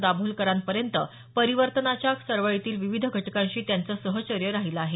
दाभोलकरांपर्यंत परिवर्तनाच्या चळवळीतील विविध घटकांशी त्यांचं साहचर्य राहिलं आहे